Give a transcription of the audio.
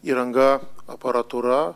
įranga aparatūra